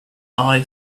eye